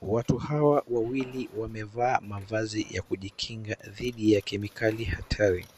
Watu hawa wawili wamevaa mavazi ya kujikinga dhidi ya kemikali hatari